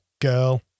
girl